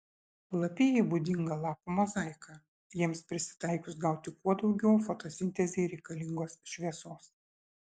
lapijai būdinga lapų mozaika jiems prisitaikius gauti kuo daugiau fotosintezei reikalingos šviesos